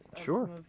Sure